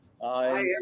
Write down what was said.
hi